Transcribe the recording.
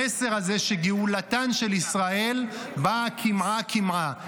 המסר הזה שגאולתן של ישראל באה קמעא-קמעא,